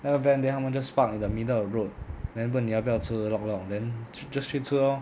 那个 van then 他们 just park in the middle of the road then 问你要不要吃 lok lok then just 去吃 lor